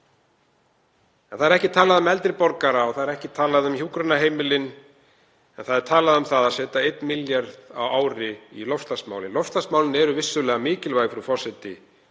Það er ekkert talað um eldri borgara og það er ekki talað um hjúkrunarheimilin, en talað er um að setja 1 milljarð á ári í loftslagsmál. Loftslagsmálin eru vissulega mikilvæg, frú forseti,